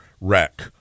wreck